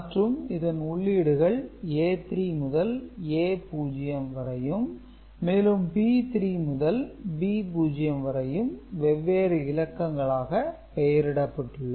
மற்றும் இதன் உள்ளீடுகள் A 3 முதல் A 0 வரையும் மேலும் B 3 முதல் B0 வரையும்வெவ்வேறு இலக்கங்களாக பெயரிடப்பட்டுள்ளது